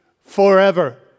forever